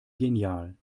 genial